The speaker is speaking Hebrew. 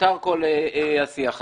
שמיותר כל השיח הזה.